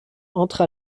entre